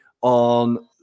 on